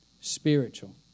Spiritual